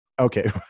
Okay